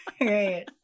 Right